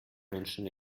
menschen